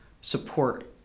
support